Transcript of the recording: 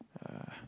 uh